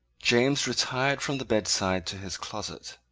james retired from the bedside to his closet,